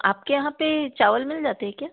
आपके यहाँ पर चावल मिल जाते हैं क्या